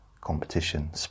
competition